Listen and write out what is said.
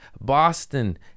Boston